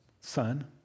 Son